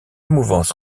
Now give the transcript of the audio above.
mouvance